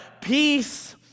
Peace